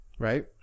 Right